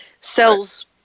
sells